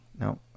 No